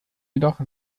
jedoch